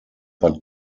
but